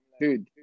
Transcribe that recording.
dude